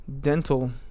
dental